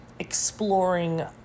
exploring